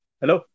Hello